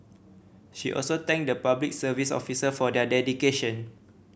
she also thanked the Public Service officer for their dedication